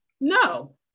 No